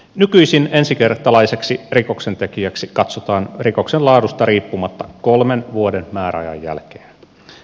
nykyisin ensikertalaiseksi rikoksentekijäksi katsotaan rikoksen laadusta riippumatta kolmen vuoden määräajan jälkeen